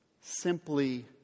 simply